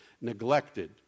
neglected